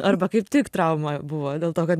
arba kaip tik trauma buvo dėl to kad